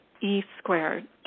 E-Squared